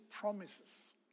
promises